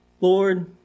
Lord